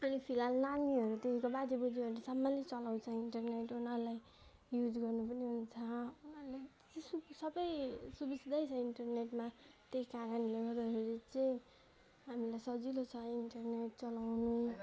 अहिले फिलहाल नानीहरूदेखिको बाजे बोज्यूहरूसम्मले चलाउँछ इन्टरनेट उनीहरूलाई युज गर्न पनि हुन्छ सु सबै सुबिस्तै छ इन्टरनेटमा त्यही कारणले गर्दाखेरि चाहिँ हामीलाई सजिलो छ इन्टरनेट चलाउनु